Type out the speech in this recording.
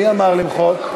מי אמר למחוק?